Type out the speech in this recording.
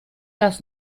das